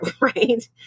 Right